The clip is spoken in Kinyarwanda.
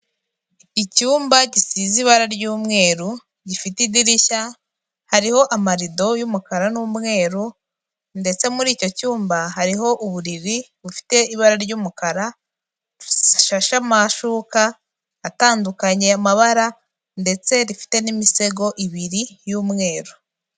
Icyumba gisize ibara ry'umweru, gifite idirishya hariho amarido y'umukara n'umweru ndetse muri icyo cyumba hariho uburiri bufite ibara ry'umukara, hashashe amashuka atandukanye amabara ndetse rifite n'imisego ibiri y'umweru.